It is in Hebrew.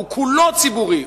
כולו ציבורי,